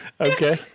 Okay